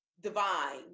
divine